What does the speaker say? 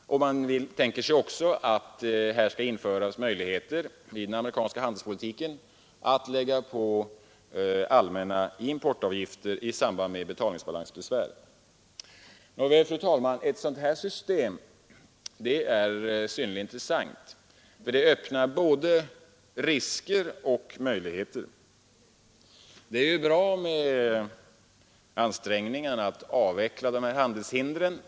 Man tänker sig också möjligheten att i den amerikanska handelspolitiken kunna införa en allmän importavgift i samband med betalningsbalansbesvär. Nåväl, fru talman, ett sådant system är synnerligen intressant. Det öppnar vägen för både risker och möjligheter. Det är ju bra med ansträngningarna att avveckla olika handelshinder.